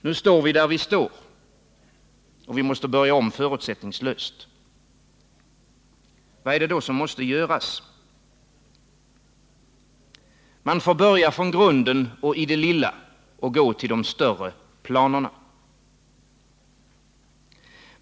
Nu står vi där vi står, och vi måste börja om förutsättningslöst. Vad är det då som måste göras? Vi får börja från grunden och i det lilla och sedan gå till de större planerna.